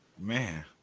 man